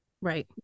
Right